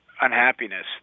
unhappiness